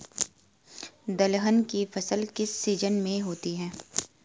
दलहन की फसल किस सीजन में होती है?